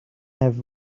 have